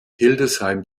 hildesheim